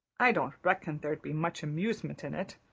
i don't reckon there'd be much amusement in it.